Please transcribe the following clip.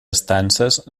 estances